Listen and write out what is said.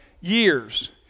years